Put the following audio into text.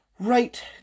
Right